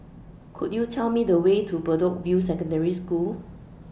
Could YOU Tell Me The Way to Bedok View Secondary School